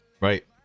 Right